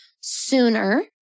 sooner